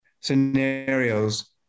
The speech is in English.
scenarios